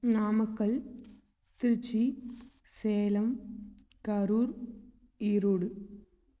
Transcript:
Namakkal Tiruchi Salem Karur Erode